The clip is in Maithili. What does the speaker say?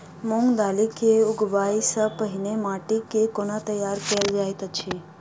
मूंग दालि केँ उगबाई सँ पहिने माटि केँ कोना तैयार कैल जाइत अछि?